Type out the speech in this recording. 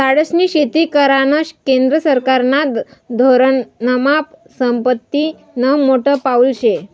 झाडेस्नी शेती करानं केंद्र सरकारना धोरनमा संपत्तीनं मोठं पाऊल शे